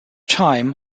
time